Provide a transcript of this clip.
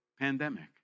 pandemic